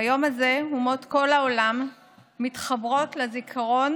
ביום הזה אומות כל העולם מתחברות לזיכרון